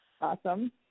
awesome